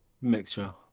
mixture